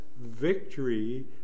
victory